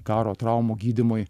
karo traumų gydymui